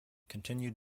continued